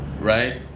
Right